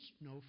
no